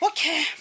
Okay